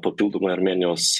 papildomai armėnijos